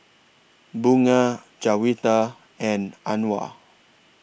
Bunga Juwita and Anuar